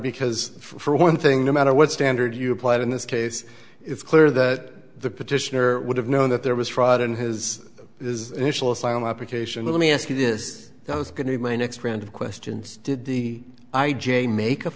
because for one thing no matter what standard you applied in this case it's clear that the petitioner would have known that there was fraud in his is initial asylum application let me ask you this i was going to my next round of questions did the i j make